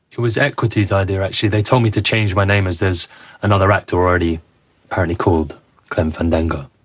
it was equity's idea, actually. they told me to change my name. is this another act already parody called kind of fandango?